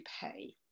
pay